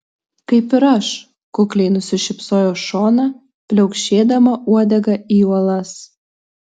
kaip ir aš kukliai nusišypsojo šona pliaukšėdama uodega į uolas